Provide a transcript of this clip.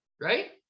right